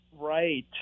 Right